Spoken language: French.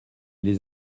les